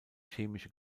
chemische